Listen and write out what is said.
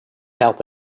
help